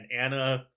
Anna